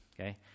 okay